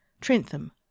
Trentham